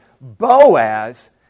Boaz